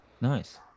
Nice